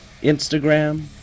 Instagram